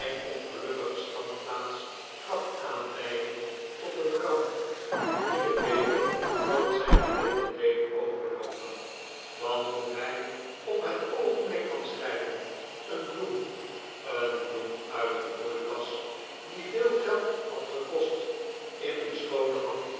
ongelukkige standplaats gaf aanleiding tot een ramp die den beker van zijn ellende deed overloopen want toen hij op net oogenblik van scheiden een bloem een bloem uit een broeikas die veel geld had gekost in de schoone hand